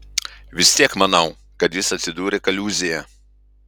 vis tiek manau kad jis atsidūrė kaliūzėje